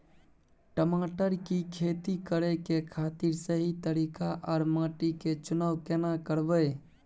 टमाटर की खेती करै के खातिर सही तरीका आर माटी के चुनाव केना करबै?